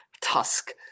Tusk